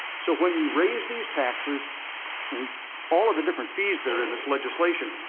so when you raise these taxes in all of the different fees that are in this legislation,